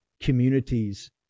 communities